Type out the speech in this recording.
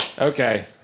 Okay